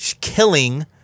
Killing